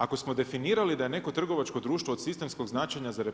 Ako smo definirali da je neko trgovačko društvo od sistemskog značenja za RH,